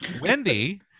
Wendy